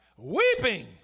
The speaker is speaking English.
Weeping